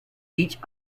each